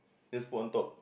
just put on top